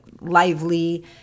lively